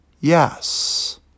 yes